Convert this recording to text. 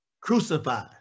crucified